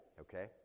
Okay